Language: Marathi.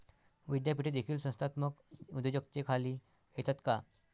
विद्यापीठे देखील संस्थात्मक उद्योजकतेखाली येतात का?